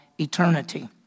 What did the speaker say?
eternity